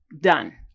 done